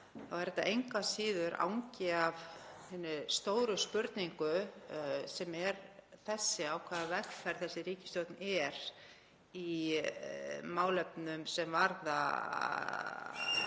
mál er það engu að síður angi af hinni stóru spurningu sem er sú á hvaða vegferð þessi ríkisstjórn er í málefnum sem varða